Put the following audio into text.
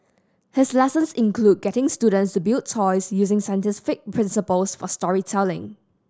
his lessons include getting students to build toys using scientific principles for storytelling